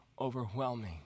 overwhelming